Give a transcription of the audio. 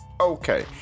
Okay